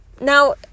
now